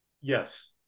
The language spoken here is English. Yes